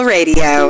Radio